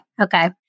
Okay